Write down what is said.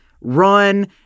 run